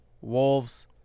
Wolves